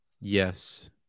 Yes